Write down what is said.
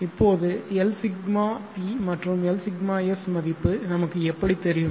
இப்போது Lσp மற்றும் Lσs மதிப்பு நமக்கு எப்படித் தெரியும்